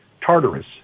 Tartarus